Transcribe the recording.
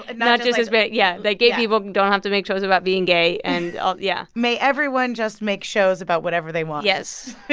and not just hispanic yeah. like, gay people don't have to make shows about being gay, and ah yeah may everyone just make shows about whatever they want yes,